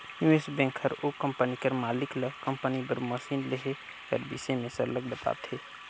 निवेस बेंक हर ओ कंपनी कर मालिक ल कंपनी बर मसीन लेहे कर बिसे में सरलग बताथे